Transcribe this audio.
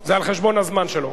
זה על חשבון הזמן שלו.